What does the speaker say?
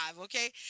okay